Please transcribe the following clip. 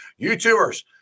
YouTubers